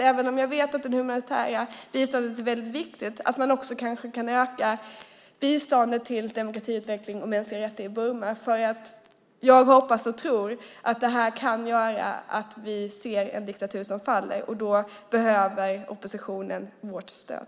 Även om jag vet att det humanitära biståndet är väldigt viktigt, kanske man kan öka biståndet också till demokratiutveckling och mänskliga rättigheter i Burma. Jag hoppas och tror att det här kan göra att vi ser en diktatur som faller, och då behöver oppositionen vårt stöd.